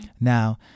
now